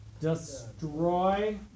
destroy